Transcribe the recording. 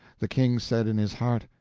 the king said in his heart,